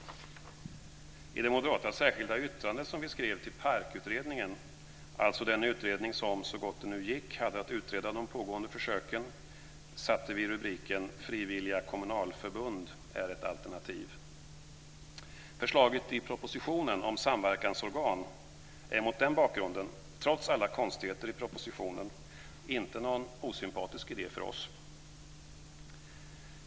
I det moderata särskilda yttrande som vi skrev till PARK-utredningen - alltså den utredning som, så gott det nu gick, hade att utreda de pågående försöken - satte vi rubriken "Frivilliga kommunalförbund är ett alternativ". Förslaget i propositionen om samverkansorgan är mot den bakgrunden, trots alla konstigheter i propositionen, inte någon osympatisk idé för oss.